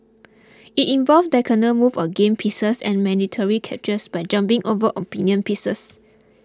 it involves diagonal moves of game pieces and mandatory captures by jumping over opinion pieces